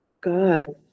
God